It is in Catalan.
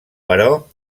però